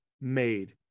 made